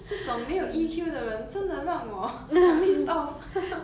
这种没有 E_Q 的人真的让我很 pissed off